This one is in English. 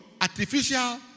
artificial